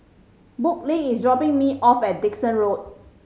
Brooklynn is dropping me off at Dickson Road